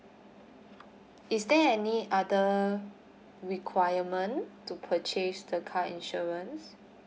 is there any other requirement to purchase the car insurance